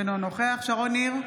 אינו נוכח שרון ניר,